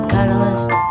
Catalyst